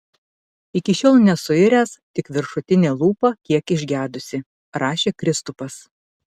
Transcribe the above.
iki šiol nesuiręs tik viršutinė lūpa kiek išgedusi rašė kristupas